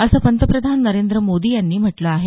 असं पंतप्रधान नरेंद्र मोदी यांनी म्हटलं आहे